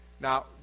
Now